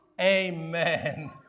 amen